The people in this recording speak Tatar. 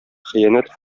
хыянәт